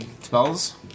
spells